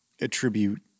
attribute